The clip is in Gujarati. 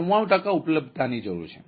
9 ટકા ઉપલબ્ધતાની જરૂર છે